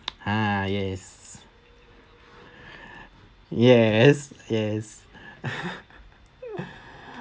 ha yes yes yes